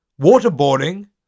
waterboarding